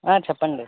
ఆ చెప్పండి